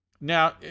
Now